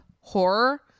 horror